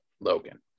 Logan